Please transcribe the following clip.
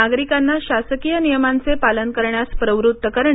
नागरिकांना शासकीय नियमांचे पालन करण्यास प्रवृत्त करणे